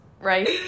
Right